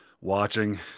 watching